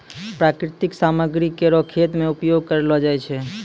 प्राकृतिक सामग्री केरो खेत मे उपयोग करलो जाय छै